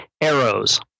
arrows